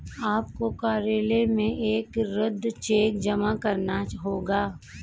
आपको कार्यालय में एक रद्द चेक जमा करना होगा